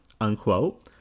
unquote